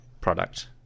product